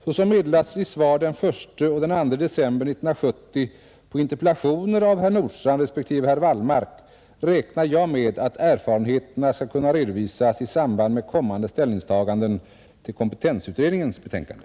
Såsom meddelades i svar den 1 och den 2 december 1970 på interpellationer av herr Nordstrandh respektive herr Wallmark räknar jag med att erfarenheterna skall kunna redovisas i samband med kommande ställningstaganden till kompetensutredningens betänkande.